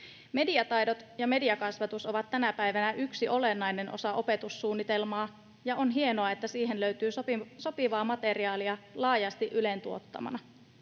Mediataidot ja mediakasvatus ovat tänä päivänä yksi olennainen osa opetussuunnitelmaa, ja on hienoa, että siihen löytyy sopivaa materiaalia laajasti Ylen tuottamana.